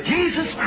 Jesus